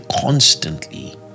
constantly